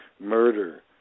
murder